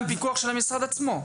הפיקוח של המשרד עצמו.